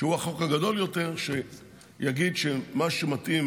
שהוא החוק הגדול יותר, שיגיד שמה שמתאים